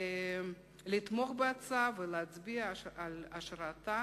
לתמוך בהצעה ולהצביע על השארתה